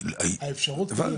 האפשרות קיימת.